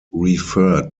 referred